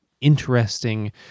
interesting